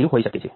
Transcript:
નથી